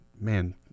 man